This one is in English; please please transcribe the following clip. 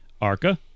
Arca